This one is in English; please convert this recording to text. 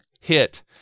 hit